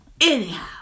anyhow